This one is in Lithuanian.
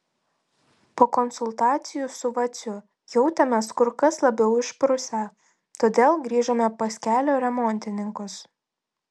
po konsultacijų su vaciu jautėmės kur kas labiau išprusę todėl grįžome pas kelio remontininkus